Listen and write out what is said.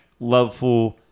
Loveful